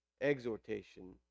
exhortation